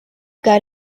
got